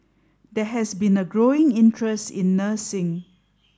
there has been a growing interest in nursing